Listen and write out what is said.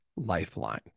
lifeline